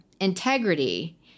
integrity